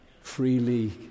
freely